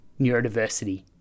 neurodiversity